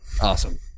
Awesome